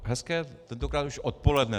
Hezké tentokrát už odpoledne.